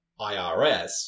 IRS